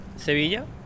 Sevilla